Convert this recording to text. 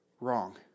wrong